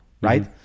right